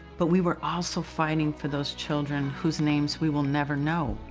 but we were also fighting for those children whose names we will never know.